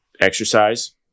exercise